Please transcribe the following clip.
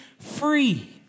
free